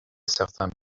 certains